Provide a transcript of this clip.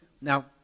Now